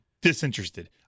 disinterested